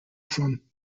from